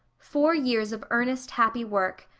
four years of earnest, happy work.